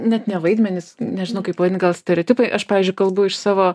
net ne vaidmenis nežinau kaip pavadint gal stereotipai aš pavyzdžiui kalbu iš savo